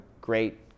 great